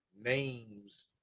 names